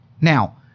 Now